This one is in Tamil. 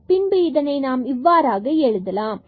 பின்பு இதனை நாம் இவ்வாறாக எழுதலாம் மீண்டும்